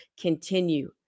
continue